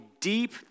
deep